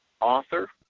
Author